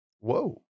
Whoa